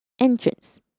entrance